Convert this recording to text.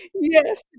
yes